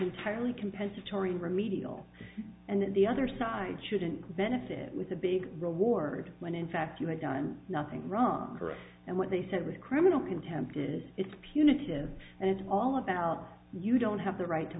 entirely compensatory remedial and that the other side shouldn't benefit with a big reward when in fact you have done nothing wrong and what they said with criminal contempt is it's punitive and it's all about you don't have the right to